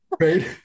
right